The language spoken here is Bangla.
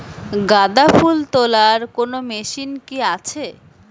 গাঁদাফুল তোলার কোন মেশিন কি আছে?